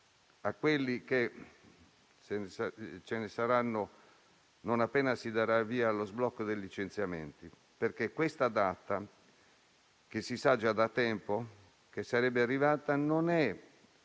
a quelli che ci saranno non appena si darà il via allo sblocco dei licenziamenti, perché la data, che si sa già da tempo che sarebbe arrivata, non è